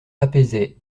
apaisait